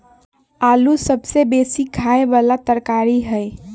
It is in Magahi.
आलू सबसे बेशी ख़ाय बला तरकारी हइ